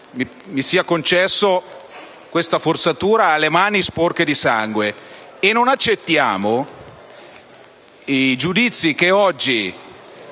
mi sia concessa questa forzatura - ha le mani sporche di sangue. E non accettiamo i giudizi che sono